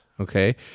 okay